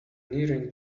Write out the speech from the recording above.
nearing